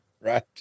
right